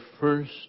first